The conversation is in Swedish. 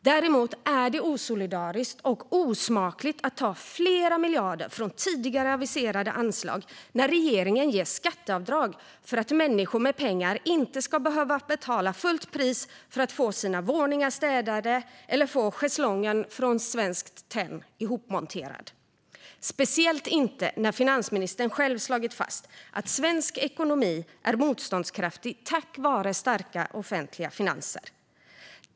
Däremot är det osolidariskt och osmakligt att ta flera miljarder från tidigare aviserade anslag när regeringen ger skatteavdrag för att människor med pengar inte ska behöva betala fullt pris för att få sina våningar städade eller få schäslongen från Svenskt Tenn ihopmonterad, speciellt när finansministern själv slagit fast att svensk ekonomi är motståndskraftig tack vare starka offentliga finanser.